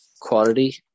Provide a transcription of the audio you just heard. quality